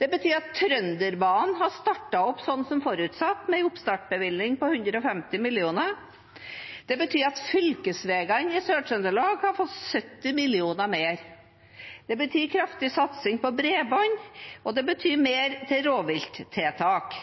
Det ville betydd at Trønderbanen hadde startet opp som forutsatt, med en oppstartsbevilgning på 150 mill. kr. Det ville betydd at fylkesveiene i Sør-Trøndelag hadde fått 70 mill. kr. mer. Det ville betydd en kraftig satsing på bredbånd, og det ville betydd mer til rovvilttiltak.